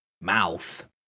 mouth